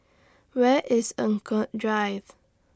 Where IS Eng Kong Drive